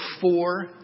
four